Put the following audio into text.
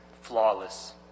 flawless